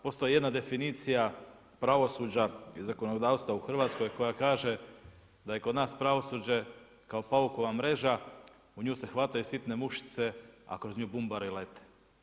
Postoji jedna definicija pravosuđa, zakonodavstva u Hrvatskoj koja kaže da je kod nas pravosuđe kao paukova mreža, u nju se hvataju sitne mušice, a kroz nju bumbari lete.